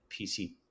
PC